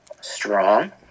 Strong